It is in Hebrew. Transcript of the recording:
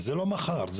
לא מחר,